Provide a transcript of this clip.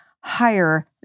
higher